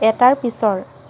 এটাৰ পিছৰ